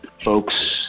Folks